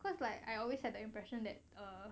cause like I always had the impression that err